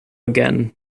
again